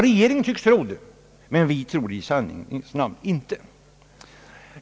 Regeringen tycks ändå tro det.